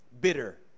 bitter